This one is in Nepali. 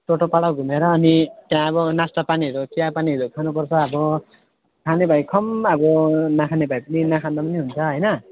टोटोपाडा घुमेर अनि त्यहाँ अब नास्तापानीहरू चियापानीहरू खानुपर्छ अब खाने भए खाऔँ अब नखाने भएपनि नखाँदा पनि हुन्छ हैन